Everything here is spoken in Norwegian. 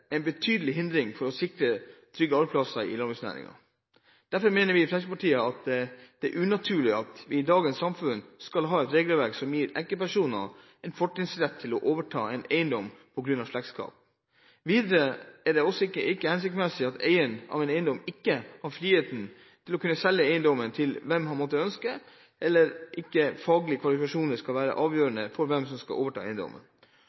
en betydelig hindring for å sikre trygge arbeidsplasser i landbruksnæringen. Derfor mener vi i Fremskrittspartiet at det er unaturlig at vi i dagens samfunn skal ha et regelverk som gir enkeltpersoner en fortrinnsrett til å overta en eiendom på grunn av slektskap. Videre er det heller ikke hensiktsmessig at eieren av en eiendom ikke har friheten til å kunne selge eiendommen til hvem han måtte ønske, eller at faglige kvalifikasjoner ikke skal være avgjørende for hvem som skal overta eiendommen.